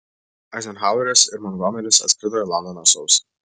eizenhaueris ir montgomeris atskrido į londoną sausį